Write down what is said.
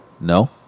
No